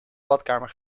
badkamer